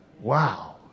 wow